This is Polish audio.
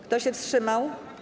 Kto się wstrzymał?